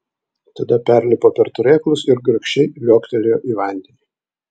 tada perlipo per turėklus ir grakščiai liuoktelėjo į vandenį